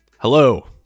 Hello